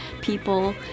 people